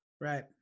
Right